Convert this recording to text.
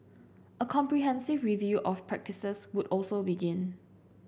a comprehensive review of practices would also begin